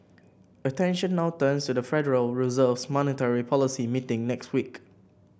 attention now turns to the Federal Reserve's monetary policy meeting next week